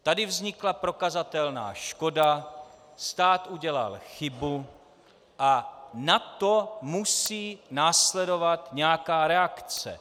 Tady vznikla prokazatelná škoda, stát udělal chybu a na to musí následovat nějaká reakce.